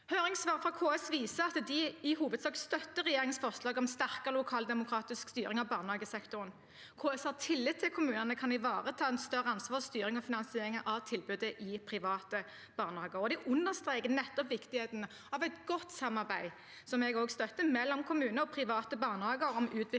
Høringssvar fra KS viser at de i hovedsak støtter regjeringens forslag om sterkere lokaldemokratisk styring av barnehagesektoren. KS har tillit til at kommunene kan ivareta et større ansvar for styring og finansiering av tilbudet i private barnehager. De understreker nettopp viktigheten av et godt samarbeid, som jeg også støtter, mellom kommuner og private barnehager om utviklingen